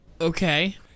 Okay